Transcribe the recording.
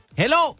Hello